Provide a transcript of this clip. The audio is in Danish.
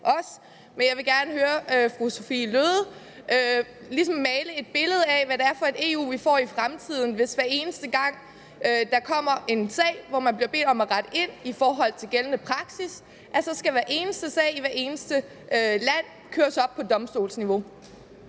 Men jeg vil gerne høre fru Sophie Løhde ligesom male et billede af, hvad det er for et EU, vi får i fremtiden, hvis det bliver sådan, at når der kommer en sag, hvor man bliver bedt om at rette ind i forhold til gældende praksis, så skal hver eneste sag i hvert eneste land køres op på domstolsniveau.